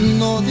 no